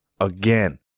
Again